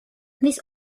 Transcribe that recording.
this